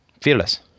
fearless